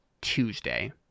Tuesday